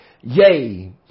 Yea